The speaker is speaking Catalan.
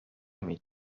mig